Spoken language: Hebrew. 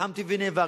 נלחמתי ונאבקתי,